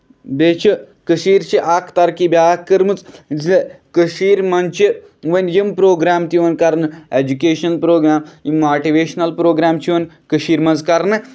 بیٚیہِ چھِ کٔشیٖر چھِ اکھ ترقی بیاکھ کٔرمٕژ زِ کٔشیٖر منٛز چھِ وۄنۍ یِم پروگرام تہِ یِوان کرنہٕ اٮ۪جُکیشن پروگرام یِم موٹویشنل پروگرام چھ یِوان کٔشیٖر منٛز کَرنہٕ